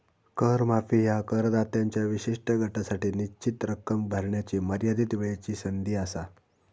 कर माफी ह्या करदात्यांच्या विशिष्ट गटासाठी निश्चित रक्कम भरण्याची मर्यादित वेळची संधी असा